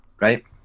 right